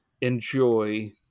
enjoy